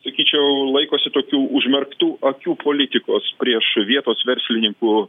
sakyčiau laikosi tokių užmerktų akių politikos prieš vietos verslininkų